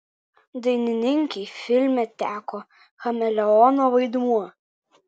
dainininkei filme teko chameleono vaidmuo